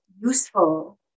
useful